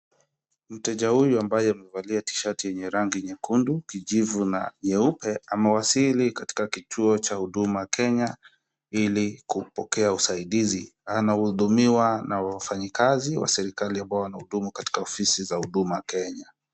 Mteja huyu ambaye amevalia t-shirt yenye rangi nyekundu kijivu na nyeupe amewasili katika kituo cha Huduma Kenya ili kumpokea usaidizi, anahudumiwa na wafanyikazi wa serikali ambao wanahudumu katika ofisi za Huduma Kenya.